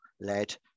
led